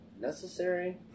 necessary